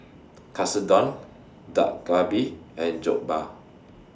Katsudon Dak Galbi and Jokbal